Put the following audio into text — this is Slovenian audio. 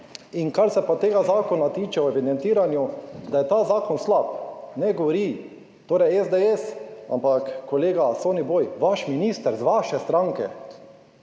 Kar se pa tega zakona tiče o evidentiranju, da je ta zakon slab ne govori SDS, ampak kolega Soniboj, vaš minister iz vaše stranke.